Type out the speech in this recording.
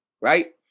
right